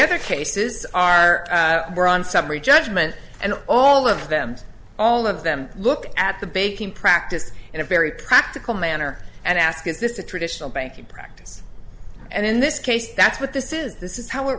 other cases are on summary judgment and all of them all of them look at the bacon practice in a very practical manner and ask is this a traditional banking practice and in this case that's what this is this is how it